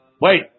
Wait